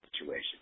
situation